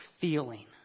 feeling